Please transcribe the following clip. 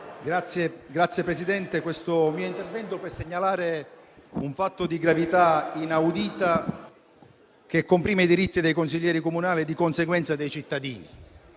è volto a segnalare un fatto di una gravità inaudita, che comprime i diritti dei consiglieri comunali e di conseguenza dei cittadini